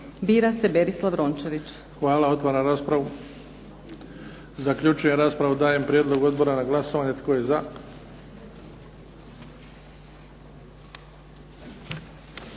bira se Berislav Rončević. **Bebić, Luka (HDZ)** Hvala. Otvaram raspravu. Zaključujem raspravu. Dajem prijedlog odbora na glasovanje. Tko je za?